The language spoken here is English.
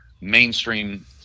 mainstream